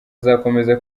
azakomeza